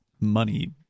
money